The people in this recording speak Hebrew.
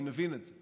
אני מבין את זה.